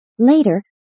Later